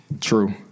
True